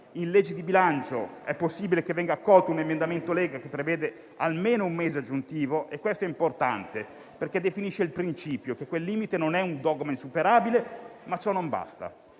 di legge di bilancio è possibile che venga accolto un emendamento del Gruppo Lega che prevede almeno un mese aggiuntivo e questo è importante, perché definisce il principio che quel limite non è un dogma insuperabile, ma ciò non basta.